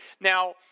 Now